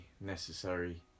necessary